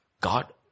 God